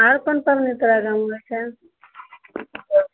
आर कोन पाबनि ओतऽ मे होइ छनि